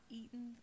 eaten